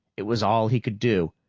it was all he could do,